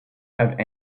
have